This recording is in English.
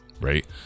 right